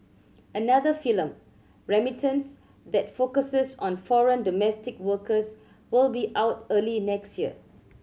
another film Remittance that focuses on foreign domestic workers will be out early next year